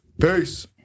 Peace